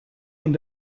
und